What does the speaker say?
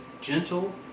gentle